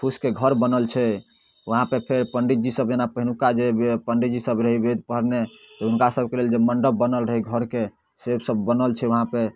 फूसके घर बनल छै वहाँपर फेर पण्डित जी सब जेना पहिलुका पण्डिजी सब रहै वेद पढ़ने तऽ हुनका सबके लेल जे मण्डप बनल रहै घरके से सब बनल छै वहाँपर